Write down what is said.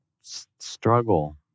struggle